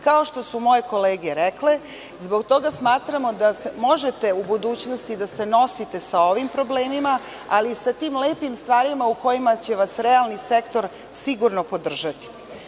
Kao što su moje kolege rekle, zbog toga smatramo da možete u budućnosti da se nosite sa ovim problemima, ali i sa tim lepim stvarima u kojima će vas realni sektor sigurno podržati.